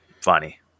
funny